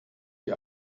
die